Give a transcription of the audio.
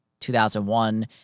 2001